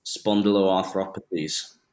spondyloarthropathies